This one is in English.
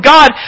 God